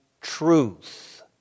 truth